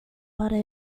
butter